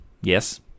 Yes